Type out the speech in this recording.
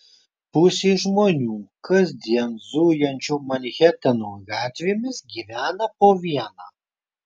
pusė žmonių kasdien zujančių manhatano gatvėmis gyvena po vieną